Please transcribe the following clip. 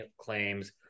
claims